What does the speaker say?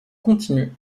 continue